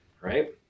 Right